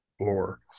lore